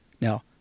Now